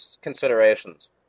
considerations